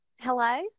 Hello